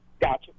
gotcha